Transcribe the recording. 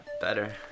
better